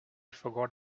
forgot